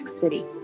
City